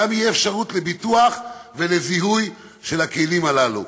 וגם תהיה אפשרות לביטוח ולזיהוי של הכלים הללו.